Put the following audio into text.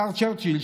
השר צ'רצ'יל,